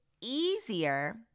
easier